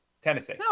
Tennessee